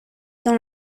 dans